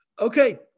Okay